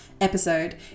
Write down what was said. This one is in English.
episode